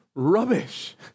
rubbish